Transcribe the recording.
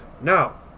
Now